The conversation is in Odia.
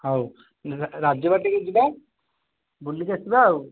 ହଉ ରାଜବାଟୀକି ଯିବା ବୁଲିକି ଆସିବା ଆଉ